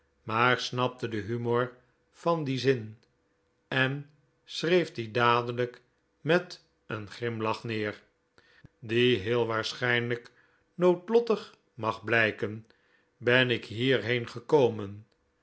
maar snapte den humor van den zin en schreef dien dadelijk met een grimlach neer die heel waarschijnlijk noodlottig mag blijken ben ik hierheen gekomen